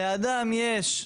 לאדם יש,